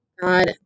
God